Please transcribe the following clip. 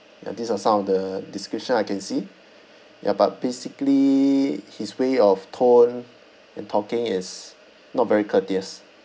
ya these are some of the description I can see ya but basically his way of tone and talking is not very courteous